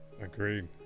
Agreed